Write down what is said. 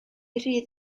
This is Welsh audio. rhydd